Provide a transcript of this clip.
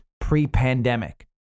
pre-pandemic